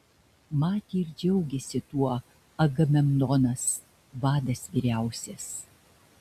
matė ir džiaugėsi tuo agamemnonas vadas vyriausias